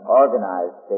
organized